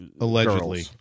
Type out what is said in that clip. Allegedly